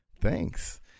thanks